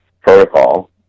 protocol